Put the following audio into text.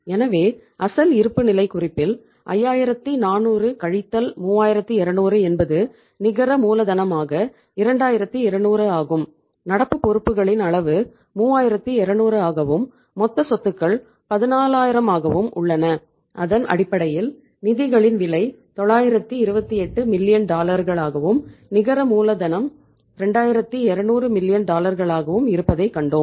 எனவே அசல் இருப்புநிலைக் குறிப்பில் 5400 கழித்தல் 3200 என்பது நிகர மூலதனமாக 2200 ஆகும் நடப்பு பொறுப்புகளின் அளவு 3200 ஆகவும் மொத்த சொத்துக்கள் 14000 ஆகவும் உள்ளன அதன் அடிப்படையில் நிதிகளின் விலை 928 மில்லியன் 2200 மில்லியன் டாலர்களாகவும் இருப்பதைக் கண்டோம்